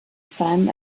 psalmen